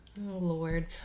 lord